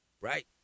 Right